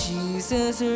Jesus